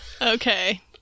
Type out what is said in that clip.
Okay